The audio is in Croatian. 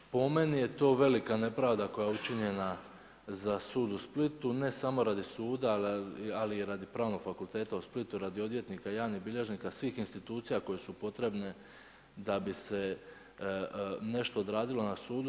Po meni je to velika nepravda koja je učinjena za sud u Splitu ne samo radi suda, ali i radi Pravnog fakulteta u Splitu, radi odvjetnika, javnih bilježnika, svih institucija koje su potrebne da bi se nešto odradilo na sudu.